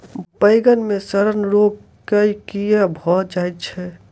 बइगन मे सड़न रोग केँ कीए भऽ जाय छै?